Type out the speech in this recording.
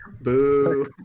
Boo